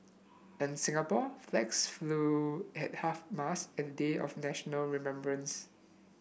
in Singapore flags flew at half mast an day of national remembrance